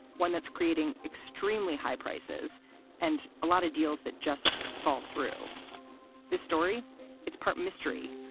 one that's creating extremely high prices and a lot of deals that just fall through this story it's part mystery,